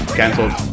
cancelled